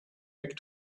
back